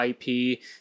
IP